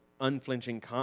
unflinching